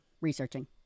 researching